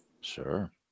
Sure